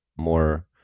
more